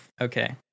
Okay